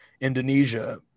Indonesia